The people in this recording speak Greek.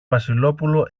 βασιλόπουλο